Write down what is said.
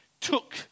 took